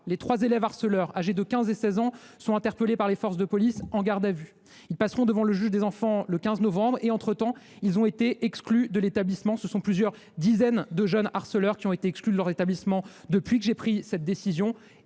les trois élèves harceleurs, âgés de 15 et 16 ans, ont été interpellés par les forces de police et placés en garde à vue. Ils passeront devant le juge des enfants le 15 novembre et ont d’ores et déjà été exclus de l’établissement. Comme eux, plusieurs dizaines de jeunes harceleurs ont déjà été exclus de leur établissement depuis que j’ai pris cette décision.